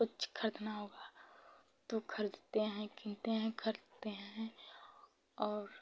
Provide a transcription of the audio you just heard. कुछ खरीदना होगा तो खरीदते हैं कीनते हैं खरीदते हैं और